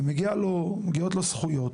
ומגיעות לו זכויות,